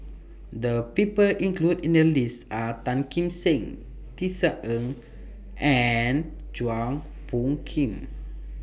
The People included in The list Are Tan Kim Seng Tisa Ng and Chua Phung Kim